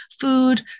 Food